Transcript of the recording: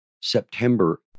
September